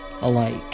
alike